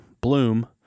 bloom